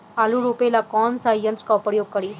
आलू रोपे ला कौन सा यंत्र का प्रयोग करी?